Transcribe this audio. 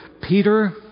Peter